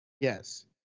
Yes